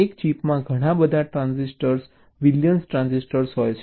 એક ચિપમાં ઘણા બધા ટ્રાન્ઝિસ્ટર બિલિયન્સ ટ્રાન્ઝિસ્ટર છે